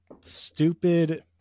stupid